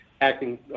acting